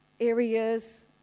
areas